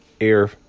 air